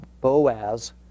Boaz